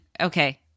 Okay